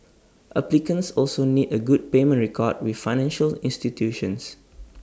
applicants also need A good payment record with financial institutions